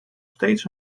steeds